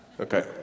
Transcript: okay